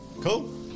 Cool